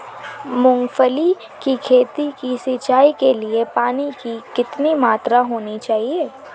मूंगफली की खेती की सिंचाई के लिए पानी की कितनी मात्रा होनी चाहिए?